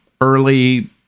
early